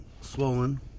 swollen